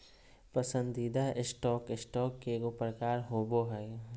पसंदीदा stock, stock के एगो प्रकार होबो हइ